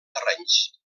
terrenys